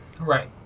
Right